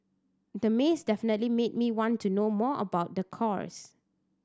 the maze definitely made me want to know more about the course